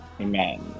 Amen